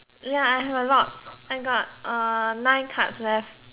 ya I have a lot I got uh nine cards left